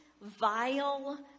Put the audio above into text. vile